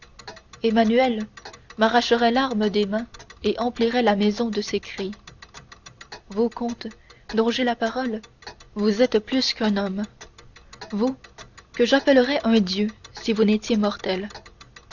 emmanuel m'arracherait l'arme des mains et remplirait la maison de ses cris vous comte dont j'ai la parole vous qui êtes plus qu'un homme vous que j'appellerais un dieu si vous n'étiez mortel